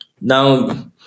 Now